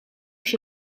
się